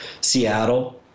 Seattle